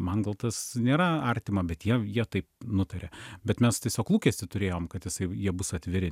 man gal tas nėra artima bet jie jie taip nutarė bet mes tiesiog lūkestį turėjom kad jisai jie bus atviri